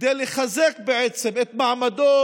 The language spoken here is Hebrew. כדי לחזק בעצם את מעמדו